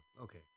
okay